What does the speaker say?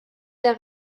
der